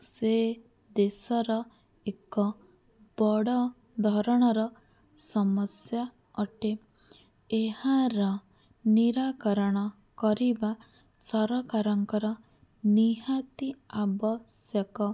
ସେ ଦେଶର ଏକ ବଡ଼ ଧରଣର ସମସ୍ୟା ଅଟେ ଏହାର ନିରାକରଣ କରିବା ସରକାରଙ୍କର ନିହାତି ଆବଶ୍ୟକ